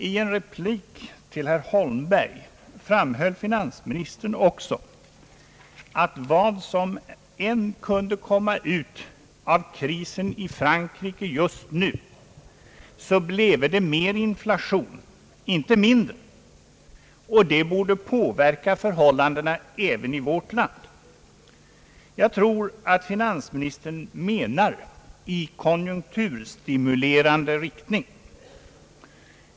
I en replik till herr Holmberg framhöll finansministern också att vad som än kunde komma ut av krisen i Frankrike just nu skulle det leda till större inflation och inte mindre, vilket borde påverka förhållandena även i vårt land — jag tror att finansministern menar i konjunkturstimulerande riktning.